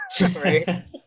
right